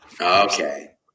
Okay